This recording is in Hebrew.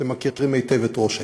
אתם מכירים היטב את ראש העיר.